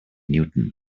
newton